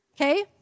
Okay